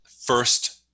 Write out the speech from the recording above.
first